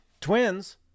twins